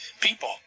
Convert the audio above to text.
people